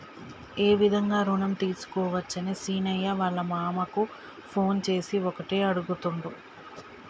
ఏ విధంగా రుణం తీసుకోవచ్చని సీనయ్య వాళ్ళ మామ కు ఫోన్ చేసి ఒకటే అడుగుతుండు